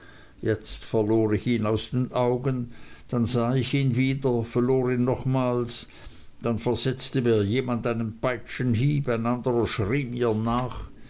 jetzt verlor ich ihn aus den augen dann sah ich ihn wieder verlor ihn nochmals dann versetzte mir jemand einen peitschenhieb ein anderer schrie mir nach